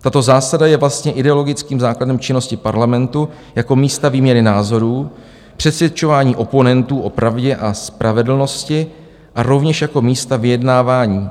Tato zásada je vlastně ideologickým základem činnosti parlamentu jako místa výměny názorů, přesvědčování oponentů o pravdě a spravedlnosti a rovněž jako místa vyjednávání.